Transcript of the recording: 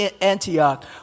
Antioch